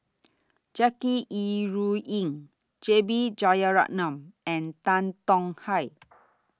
Jackie Yi Ru Ying J B Jeyaretnam and Tan Tong Hye